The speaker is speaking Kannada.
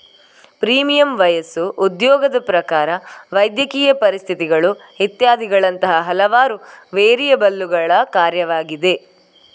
ಪ್ರೀಮಿಯಂ ವಯಸ್ಸು, ಉದ್ಯೋಗದ ಪ್ರಕಾರ, ವೈದ್ಯಕೀಯ ಪರಿಸ್ಥಿತಿಗಳು ಇತ್ಯಾದಿಗಳಂತಹ ಹಲವಾರು ವೇರಿಯಬಲ್ಲುಗಳ ಕಾರ್ಯವಾಗಿದೆ